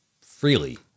freely